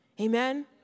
Amen